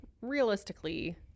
realistically